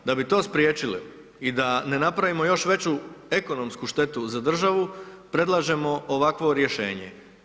Da bi to spriječili i da ne napravimo još veću ekonomsku štetu za državu, predlažemo ovakvo rješenje.